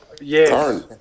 yes